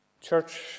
church